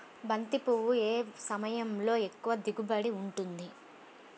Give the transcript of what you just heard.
బంతి పువ్వు ఏ సమయంలో ఎక్కువ దిగుబడి ఉంటుంది?